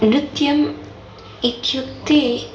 नृत्यम् इत्युक्ते